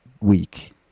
week